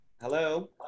Hello